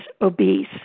obese